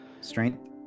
strength